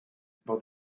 about